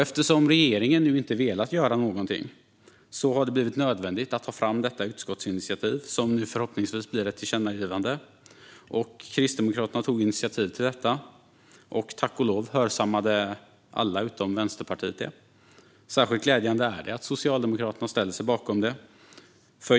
Eftersom regeringen inte har velat göra någonting har det blivit nödvändigt att ta fram detta utskottsinitiativ, som nu förhoppningsvis blir ett tillkännagivande. Kristdemokraterna tog initiativ till detta, och tack och lov hörsammade alla utom Vänsterpartiet det. Särskilt glädjande är det att Socialdemokraterna ställer sig bakom det.